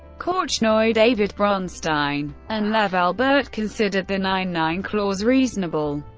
korchnoi, david bronstein, and lev alburt considered the nine nine clause reasonable.